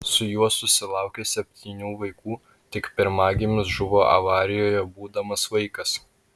su juo susilaukė septynių vaikų tik pirmagimis žuvo avarijoje būdamas vaikas